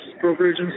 Brokerage